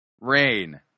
rain